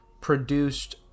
produced